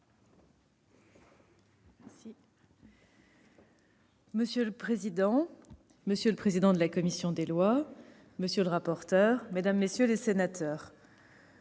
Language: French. Monsieur le président, monsieur le président de la commission des lois, monsieur le rapporteur, mesdames, messieurs les sénateurs,